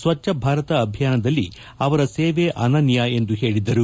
ಸ್ವಚ್ಲ ಭಾರತ ಅಭಿಯಾನದಲ್ಲಿ ಅವರ ಸೇವೆ ಅನನ್ನ ಎಂದು ಹೇಳಿದ್ದಾರೆ